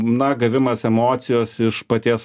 na gavimas emocijos iš paties